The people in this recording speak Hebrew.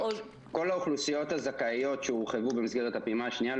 כל האוכלוסיות הזכאיות שהורחבו במסגרת הפעימה השנייה,